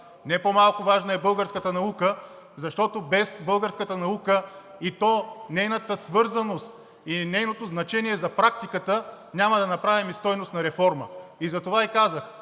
Не по-малко важна е българската наука, защото без българската наука, и то нейната свързаност, и нейното значение за практиката, няма да направим и стойностна реформа. И затова и казах: